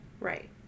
right